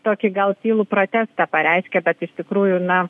tokį gal tylų protestą pareiškė kad iš tikrųjų na